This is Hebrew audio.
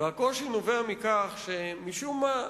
והקושי נובע מכך שמשום מה,